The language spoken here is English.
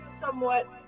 somewhat